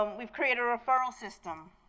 um we've created a referral system.